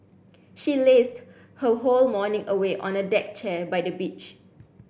she lazed her whole morning away on a deck chair by the beach